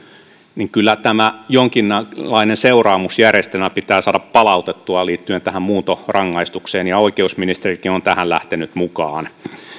niin kyllä jonkinlainen seuraamusjärjestelmä pitää saada palautettua liittyen tähän muuntorangaistukseen oikeusministerikin on on tähän lähtenyt mukaan